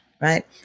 right